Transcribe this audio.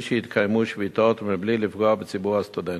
בלי שהתקיימו שביתות ובלי לפגוע בציבור הסטודנטים.